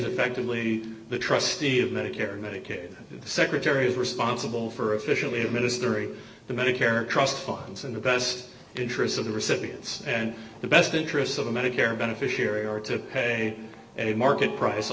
effectively the trustee of medicare and medicaid secretary is responsible for officially administering the medicare trust funds and the best interests of the recipients and the best interests of the medicare beneficiary or to pay a market price a